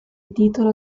titolo